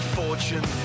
fortune